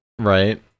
Right